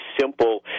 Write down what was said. simple